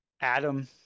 Adam